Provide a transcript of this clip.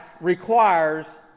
requires